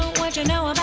once you know um